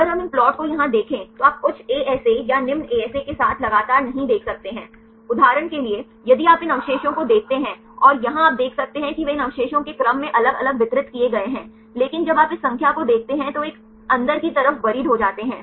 अगर हम इन प्लॉट को यहाँ देखें तो आप उच्च एएसए या निम्न एएसए के साथ लगातार नहीं देख सकते हैं उदाहरण के लिए यदि आप इन अवशेषों को देखते हैं और यहां आप देख सकते हैं कि वे इन अवशेषों के क्रम में अलग अलग वितरित किए गए हैं लेकिन जब आप इस संख्या को देखते हैं तो वे अंदर की तरफ बरीद हो जाते हैं